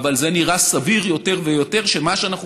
אבל זה נראה סביר יותר ויותר שמה שאנחנו